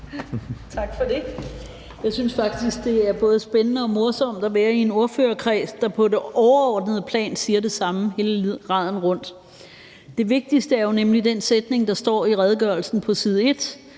Tak for det. Jeg synes faktisk, det er både spændende og morsomt at være i en ordførerkreds, der på det overordnede plan siger det samme hele raden rundt. Det vigtigste er jo nemlig den sætning, der står i redegørelsen på side 1: